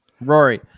Rory